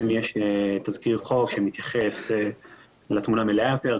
יש תזכיר חוק שמתייחס לתמונה המלאה יותר,